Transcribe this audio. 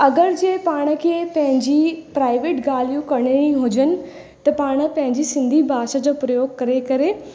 अगरि जंहिं पाण खे पंहिंजी प्राइवेट ॻाल्हियूं करिणी हुजनि त पाण पंहिंजी सिंधी भाषा जो प्रयोग करे करे